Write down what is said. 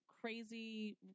crazy